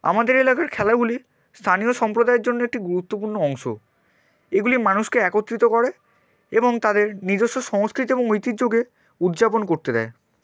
আমাদের এলাকার খেলাগুলি স্থানীয় সম্প্রদায়ের জন্য একটি গুরুত্বপূর্ণ অংশ এগুলি মানুষকে একত্রিত করে এবং তাদের নিজস্ব সংস্কৃতি এবং ঐতিহ্যকে উদযাপন করতে দেয়